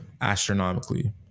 astronomically